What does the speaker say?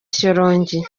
shyorongi